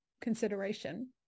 consideration